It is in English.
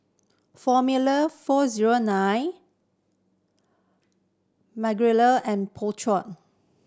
Formula Four Zero Nine Magnolia and Po Chai